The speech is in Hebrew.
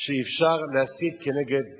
שאפשר להסית נגד מישהו,